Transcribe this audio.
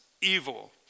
evil